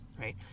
right